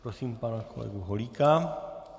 Prosím pana kolegu Holíka.